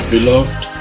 Beloved